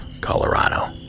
Colorado